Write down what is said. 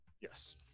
Yes